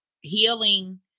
healing